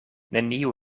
neniu